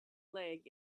leg